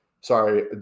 Sorry